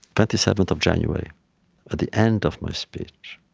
twenty seventh of january. at the end of my speech,